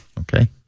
okay